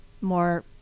more